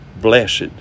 blessed